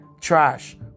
Trash